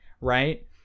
Right